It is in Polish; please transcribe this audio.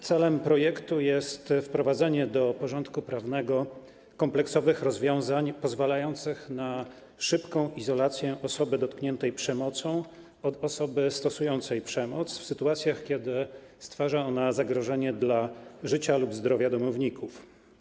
Celem projektu jest wprowadzenie do porządku prawnego kompleksowych rozwiązań pozwalających na szybką izolację osoby dotkniętej przemocą od osoby stosującej przemoc w sytuacjach, kiedy stwarza ona zagrożenie dla życia lub zdrowia domowników.